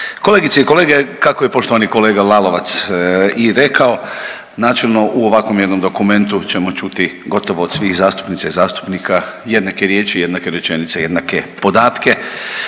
Kolegice i kolege, kako je poštovani kolega Lalovac i rekao načelno u ovakvom jednom dokumentu ćemo čuti gotovo od svih zastupnica i zastupnika jednake riječi i jednake rečenice i jednake podatke,